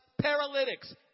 paralytics